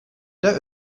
der